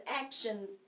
action